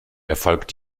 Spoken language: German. erfolgt